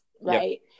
right